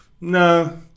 no